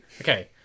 Okay